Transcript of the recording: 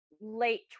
late